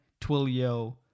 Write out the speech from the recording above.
Twilio